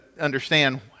understand